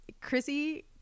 chrissy